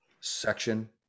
section